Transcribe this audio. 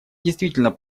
действительно